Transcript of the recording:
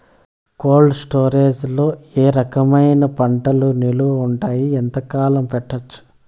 Cold storage లో ఏ రకమైన పంటలు నిలువ ఉంటాయి, ఎంతకాలం పెట్టొచ్చు?